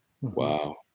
Wow